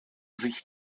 sich